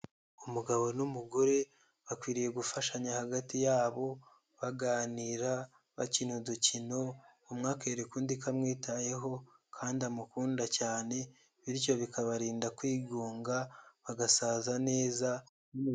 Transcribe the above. Umugabo n'umugore bakwiriye gufashanya hagati yabo, baganira, bakina udukino, umwe akereka undi ko amwitayeho kandi amukunda cyane bityo bikabarinda kwigunga, bagasaza neza.